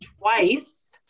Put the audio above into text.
twice